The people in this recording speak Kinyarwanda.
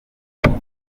inyuma